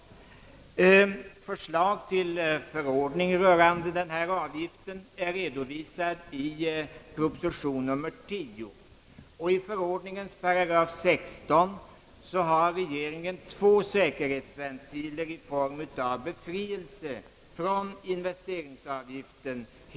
Förslag till förordning rörande denna avgift redovisas i proposition nr 10. I förordningens 16 § har regeringen byggt in två säkerhetsventiler i form av hel eller partiell befrielse från investeringsavgiften.